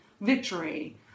victory